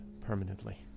permanently